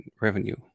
revenue